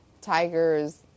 tigers